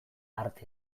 arte